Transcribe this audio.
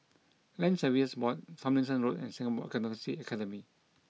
Land Surveyors Board Tomlinson Road and Singapore Accountancy Academy